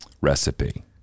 recipe